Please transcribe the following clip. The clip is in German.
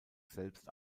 selbst